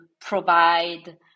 provide